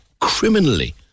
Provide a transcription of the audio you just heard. criminally